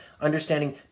Understanding